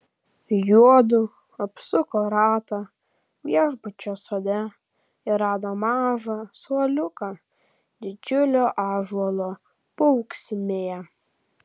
juodu apsuko ratą viešbučio sode ir rado mažą suoliuką didžiulio ąžuolo paūksmėje